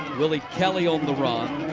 willie kelley on the run.